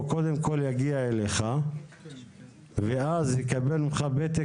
הוא קודם כל יגיע אליך ואז יקבל ממך פתק,